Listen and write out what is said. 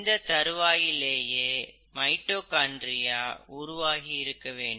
இந்த தருவாயிலேயே மைட்டோகாண்ட்ரியா உருவாகியிருக்க வேண்டும்